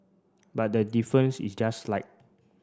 but the difference is just slight